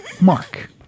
Mark